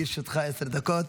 לרשותך עשר דקות.